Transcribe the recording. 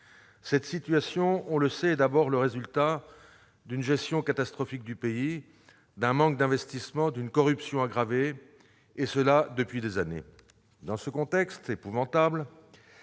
cette situation est d'abord le résultat d'une gestion catastrophique du pays, d'un manque d'investissements et d'une corruption aggravée qui durent depuis des années. Dans ce contexte épouvantable,